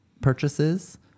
purchases